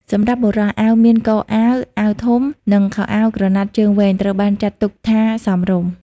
សម្រាប់បុរស អាវមានកអាវ អាវធំ និងខោសាច់ក្រណាត់ជើងវែង ត្រូវបានចាត់ទុកថាសមរម្យ។